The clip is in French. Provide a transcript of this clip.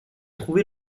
trouvé